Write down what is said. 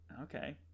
okay